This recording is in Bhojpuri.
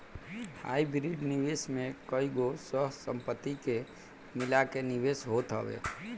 हाइब्रिड निवेश में कईगो सह संपत्ति के मिला के निवेश होत हवे